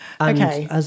okay